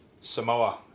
Samoa